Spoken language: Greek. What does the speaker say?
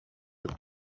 του